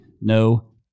No